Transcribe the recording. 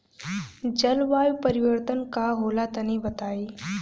जलवायु परिवर्तन का होला तनी बताई?